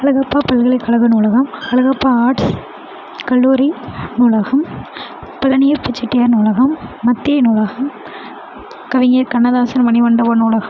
அழகப்பா பல்கலைக்கழக நூலகம் அழகப்பா ஆர்ட்ஸ் கல்லூரி நூலகம் பழனியப்ப செட்டியார் நூலகம் மத்திய நூலகம் கவிஞர் கண்ணதாசன் மணிமண்டப நூலகம்